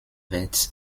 wert